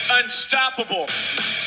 unstoppable